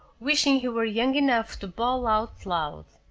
wishing he were young enough to bawl out loud.